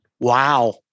Wow